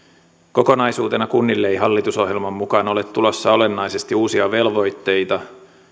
kokonaisuutena kunnille ei hallitusohjelman mukaan ole tulossa olennaisesti uusia velvoitteita